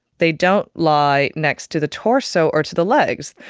they don't lie next to the torso or to the legs.